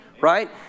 right